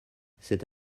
cette